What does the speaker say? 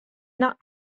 not